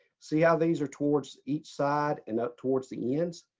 see how these are towards each side and up towards the ends.